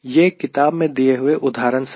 यह किताब में दिए हुए उदाहरण से है